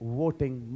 voting